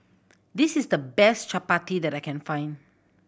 this is the best Chapati that I can find